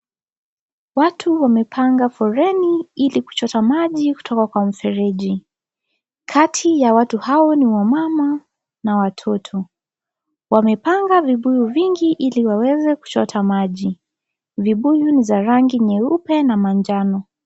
Watu wamepanga foleni ili kuchota maji kutoka kwa mfeleji. Kati ya watu hao ni wamama na watoto. Wamepanga vibuyu vingi ili waweze kuchota maji. Vibuyu ni za rangi nyeupe na manjano.